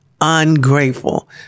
ungrateful